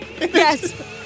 Yes